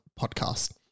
podcast